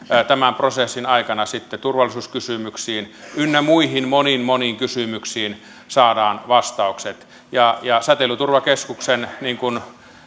tämän prosessin aikana sitten turvallisuuskysymyksiin ynnä moniin moniin muihin kysymyksiin saadaan vastaukset säteilyturvakeskuksen niin kuin